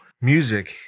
music